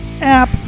app